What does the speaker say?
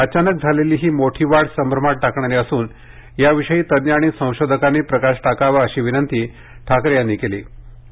अचानक झालेली ही मोठी वाढ संभ्रमात टाकणारी असून याविषयी तज्ञ आणि संशोधकांनी प्रकाश टाकावा अशी विनंती ठाकरे यांनी पंतप्रधानांना केली